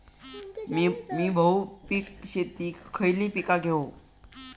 मी बहुपिक शेतीत खयली पीका घेव?